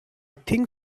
think